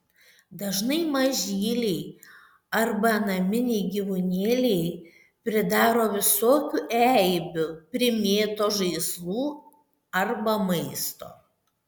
dažnai mažyliai arba naminiai gyvūnėliai pridaro visokių eibių primėto žaislų arba maisto